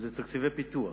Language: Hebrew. אלה תקציבי פיתוח.